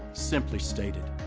simply stated.